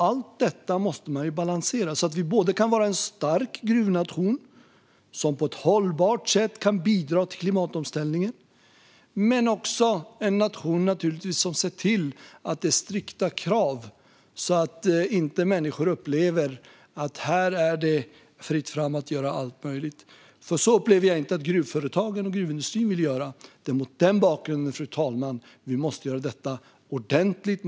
Allt detta måste balanseras så att Sverige kan vara en stark gruvnation, som på ett hållbart sätt kan bidra till klimatomställningen, men naturligtvis också en nation där vi ser till att det är strikta krav, så att inte människor upplever att det är fritt fram att göra allt möjligt. Så upplever jag inte att gruvföretagen och gruvindustrin vill göra. Det är mot den bakgrunden, fru talman, vi måste göra detta ordentligt.